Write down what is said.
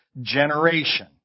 generation